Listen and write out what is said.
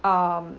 um